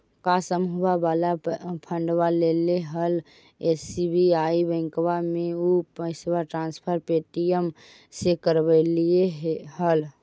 का समुहवा वाला फंडवा ऐले हल एस.बी.आई बैंकवा मे ऊ पैसवा ट्रांसफर पे.टी.एम से करवैलीऐ हल?